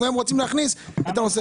אנחנו היום רוצים להכניס את הנושא.